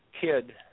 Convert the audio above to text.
kid